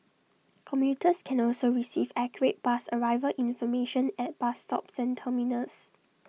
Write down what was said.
commuters can also receive accurate bus arrival information at bus stops and terminals